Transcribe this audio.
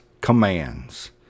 commands